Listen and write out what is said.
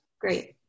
Great